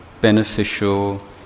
beneficial